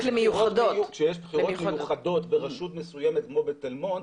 כשיש בחירות מיוחדות ברשות מסוימת כמו בתל מונד,